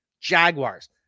Jaguars